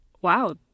Wow